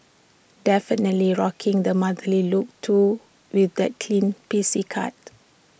definitely rocking the motherly look too with that clean pixie cut